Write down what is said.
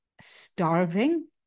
starving